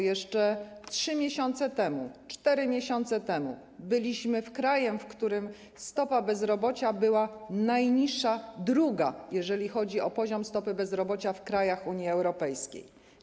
Jeszcze 3 miesiące temu, 4 miesiące temu byliśmy krajem, w którym stopa bezrobocia była najniższa, druga w kolejności, jeżeli chodzi o poziom stopy bezrobocia w krajach Unii Europejskiej.